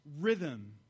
rhythm